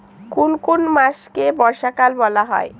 কোন কোন মাসকে বর্ষাকাল বলা হয়?